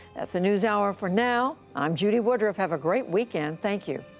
that's the newshour for now. i'm judy woodruff. have a great weekend. thank you,